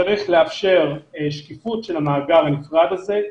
צריך לאפשר שקיפות של המאגר הנפרד הזה.